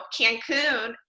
Cancun